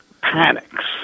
panics